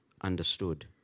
understood